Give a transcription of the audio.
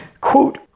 Quote